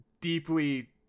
deeply